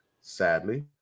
Sadly